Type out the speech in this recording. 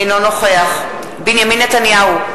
אינו נוכח בנימין נתניהו,